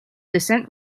descent